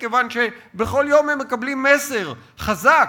מכיוון שבכל יום הם מקבלים מסר חזק,